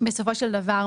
בסופו של דבר,